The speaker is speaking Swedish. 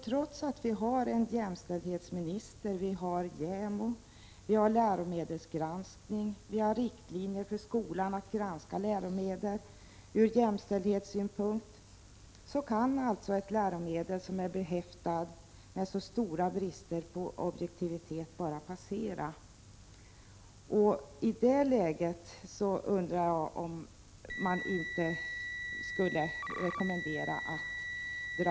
Trots att vi har en jämställhetsminister och en JämO samt riktlinjer innebärande att skolan skall granska läromedel ur jämställdhetssynpunkt kan alltså ett läromedel behäftat med så stora brister ur objektivitetssynpunkt bara passera.